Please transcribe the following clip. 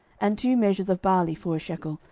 and two measures of barley for a shekel,